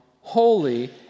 holy